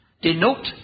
denote